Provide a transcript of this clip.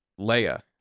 Leia